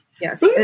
Yes